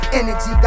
energy